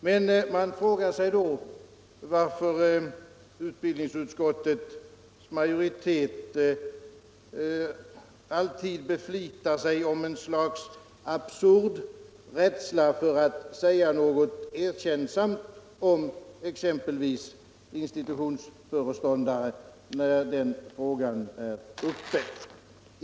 Men man frågar sig då varför utbildningsutskottets majoritet alltid beflitar sig om att visa ett slags absurd rädsla för att säga något erkännsamt om exempelvis institutionsföreståndare när den frågan är uppe.